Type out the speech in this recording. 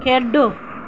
खेढो